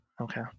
Okay